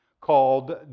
called